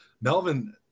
Melvin